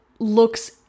looks